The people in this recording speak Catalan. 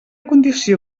condició